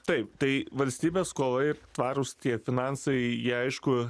taip tai valstybės skola ir tvarūs tie finansai jie aišku